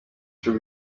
true